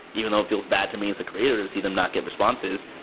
even though it feels bad to me as a creator to see them not get responses,